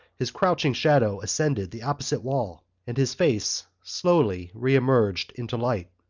his crouching shadow ascended the opposite wall and his face slowly re-emerged into light.